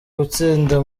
gutsinda